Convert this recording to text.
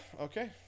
Okay